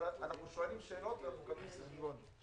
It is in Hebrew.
אבל אנחנו שואלים שאלות ומקבלים סביבון.